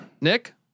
Nick